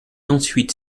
ensuite